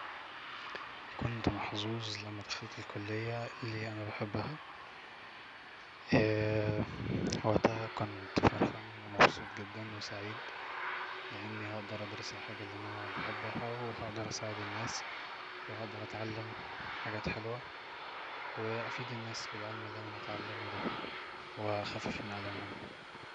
"كنت محظوظ لما دخلت الكلية اللي انا بحبها وقتها كنت فرحان ومبسوط جدا وسعيد لاني هقدر ادرس الحاجة اللي انا بحبها وهقدر اساعد الناس وهقدر اتعلم حاجات حلوة وافيد الناس بالعلم اللي انا هتعبمه دا واخفف من آلامهم "